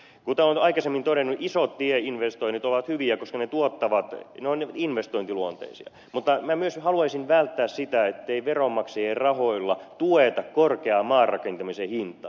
kuten olen aikaisemmin todennut isot tieinvestoinnit ovat hyviä koska ne tuottavat ne ovat investointiluonteisia mutta minä myös haluaisin välttää sitä että veronmaksajien rahoilla tuetaan korkeaa maarakentamisen hintaa